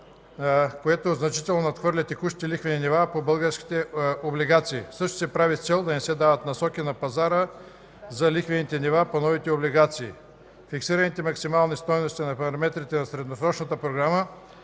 което значително надхвърля текущите лихвени нива по българските облигации. Същото се прави с цел да не се дават насоки на пазара за лихвените нива по новите облигации. Фиксираните максимални стойности на параметрите на Средносрочната програма,